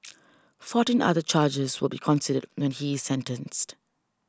fourteen other charges will be considered when he is sentenced